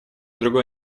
другой